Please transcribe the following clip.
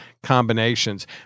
Combinations